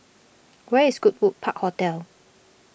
where is Goodwood Park Hotel